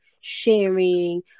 sharing